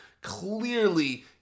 clearly